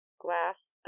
glass